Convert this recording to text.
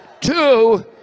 two